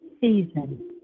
season